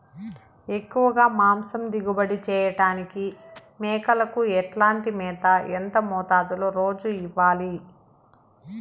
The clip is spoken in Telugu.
ఎక్కువగా మాంసం దిగుబడి చేయటానికి మేకలకు ఎట్లాంటి మేత, ఎంత మోతాదులో రోజు ఇవ్వాలి?